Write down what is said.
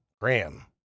Graham